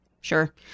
Sure